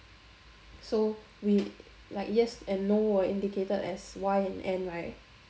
so we like yes and no were indicated as Y and N right